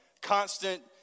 constant